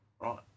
Right